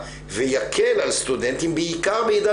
וכמו הרבה מיעוטים בעולם